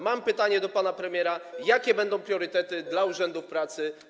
Mam pytanie do pana premiera: Jakie będą priorytety dla urzędów pracy.